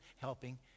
helping